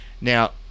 Now